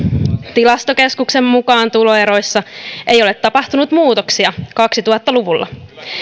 tilastokeskuksen mukaan tuloeroissa ei ole tapahtunut muutoksia kaksituhatta luvulla